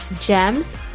gems